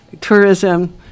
tourism